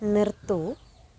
നിർത്തൂ